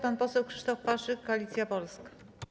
Pan poseł Krzysztof Paszyk, Koalicja Polska.